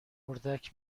اردک